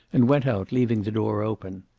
and went out, leaving the door open.